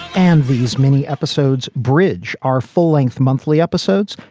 and these many episodes bridge are full length monthly episodes.